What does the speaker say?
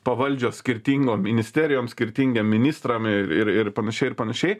pavaldžios skirtingom ministerijom skirtingiem ministram ir ir panašiai ir panašiai